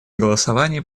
голосовании